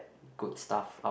good stuff out